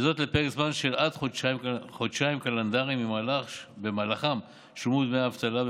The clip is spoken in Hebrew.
וזאת לפרק זמן של עד חודשיים קלנדריים שבמהלכם שולמו להם דמי אבטלה,